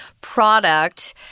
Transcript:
product